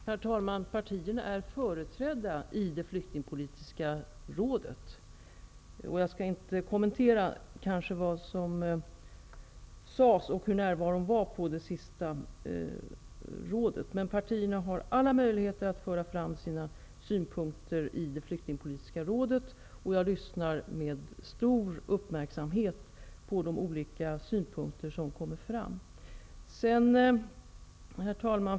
Herr talman! Partierna är företrädda i Flyktingpolitiska rådet. Jag skall inte kommentera hur närvaron såg ut och vad som sades under det senaste sammanträdet. Men partierna har alla möjligheter att föra fram sina synpunkter i Flyktingpolitiska rådet. Jag lyssnar med stor uppmärksamhet på de olika synpunkter som kommer fram. Herr talman!